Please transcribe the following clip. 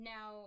Now